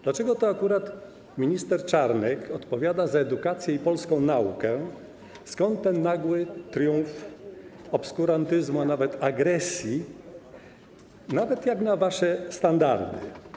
Dlaczego to akurat minister Czarnek odpowiada za edukację i polską naukę, skąd ten nagły triumf obskurantyzmu, nawet agresji, nawet jak na wasze standardy?